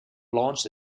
launched